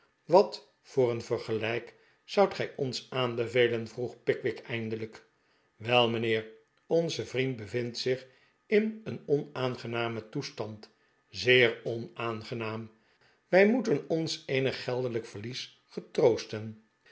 wat voor een vergelijk zoudt gij ons aanbevelen vroeg pickwick eindelijk wel mijnheer onze vriend bevindt zich in een onaangenamen toestand zeer onaangenaam wij moeten ons eenig geldelijk verlies getroosten